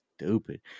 Stupid